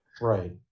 Right